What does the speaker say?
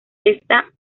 ésta